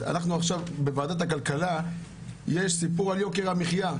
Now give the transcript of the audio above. אנחנו עכשיו בוועדת הכלכלה יש סיפור על יוקר המחיה,